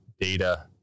data